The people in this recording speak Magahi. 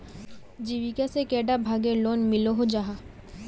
जीविका से कैडा भागेर लोन मिलोहो जाहा?